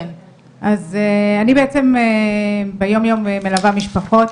אני בעצם ביום יום מלווה משפחות,